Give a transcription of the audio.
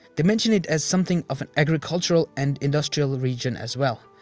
they mention it as something of an agricultural and industrial region as well.